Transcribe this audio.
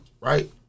right